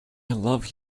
love